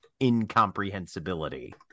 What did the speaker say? incomprehensibility